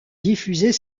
diffuser